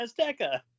Azteca